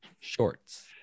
Shorts